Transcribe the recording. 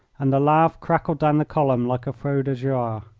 and the laugh crackled down the column like a feu de joie.